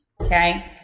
okay